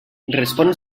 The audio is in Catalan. respon